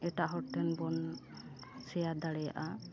ᱮᱴᱟᱜ ᱦᱚᱲ ᱴᱷᱮᱱ ᱵᱚᱱ ᱥᱮᱭᱟᱨ ᱫᱟᱲᱮᱭᱟᱼᱟ